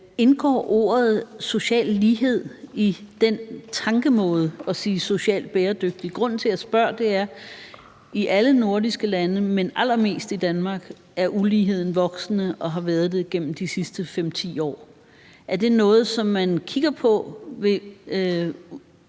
Indgår begrebet social lighed i den tankemåde, når man taler om social bæredygtighed? Grunden til, at jeg spørger, er, at i alle nordiske lande, men allermest i Danmark, er uligheden voksende og har været det gennem de sidste 5-10 år. Er definitionen på